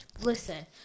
listen